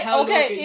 okay